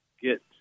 get